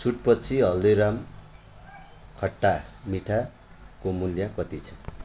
छुटपछि हल्दीराम खट्टा मिठाको मूल्य कति छ